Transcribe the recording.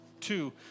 Two